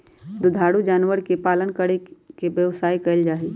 दुधारू जानवर के पालन करके व्यवसाय कइल जाहई